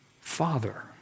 father